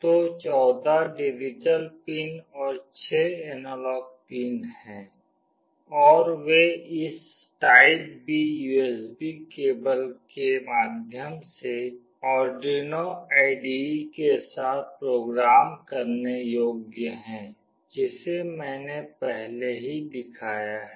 तो 14 digital pin और 6 analog pin हैं और वे इस टाइपबी यूएसबी केबल के माध्यम से आर्डुइनो IDE के साथ प्रोग्राम करने योग्य हैं जिसे मैंने पहले ही दिखाया है